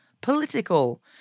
political